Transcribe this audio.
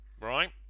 right